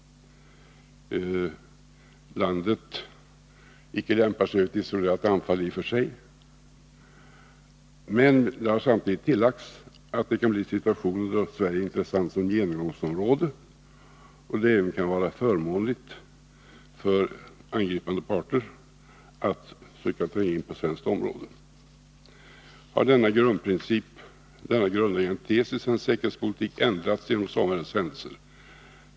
Landet lämpar sig inte för ett isolerat anfall i och för sig. Men det har samtidigt tillagts att det kan uppstå situationer då Sverige blir intressant som genomgångsområde och att det då även kan vara förmånligt för angripande parter att söka sig in på svenskt område. Har denna grundläggande tes i svensk säkerhetspolitik ändrats genom sommarens händelser?